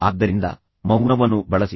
ಆದ್ದರಿಂದ ಮೌನವನ್ನು ಬಳಸಿ